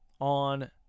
on